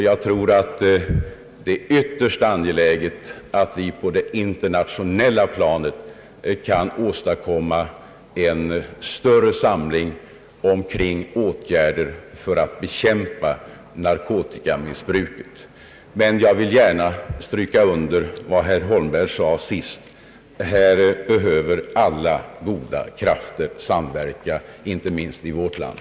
Jag tror att det är ytterst angeläget att vi på det internationella : planet försöker åstadkomma en större samling kring åtgärder för att bekämpa missbruket. Jag vill gärna stryka under vad herr Holmberg nämnde i slutet av sitt anförande: Här behöver alla goda krafter samverka, inte minst i vårt land.